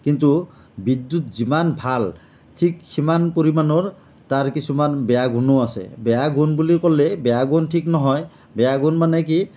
কিন্তু বিদ্যুৎ যিমান ভাল ঠিক সিমান পৰিমাণৰ তাৰ কিছুমান বেয়া গুণো আছে বেয়া গুণ বুলি ক'লে বেয়া গুণ ঠিক নহয় বেয়া গুণ মানে কি